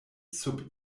sub